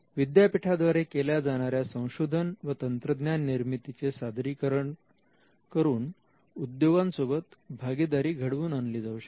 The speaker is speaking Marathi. विद्यापीठाद्वारे केल्या जाणाऱ्या संशोधन व तंत्रज्ञान निर्मितीचे सादरीकरण करून उद्योगां सोबत भागीदारी घडवून आणली जाऊ शकते